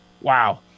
Wow